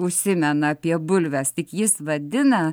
užsimena apie bulves tik jis vadina